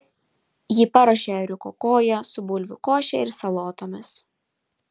ji paruošė ėriuko koją su bulvių koše ir salotomis